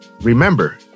Remember